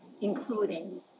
including